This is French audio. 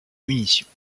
munitions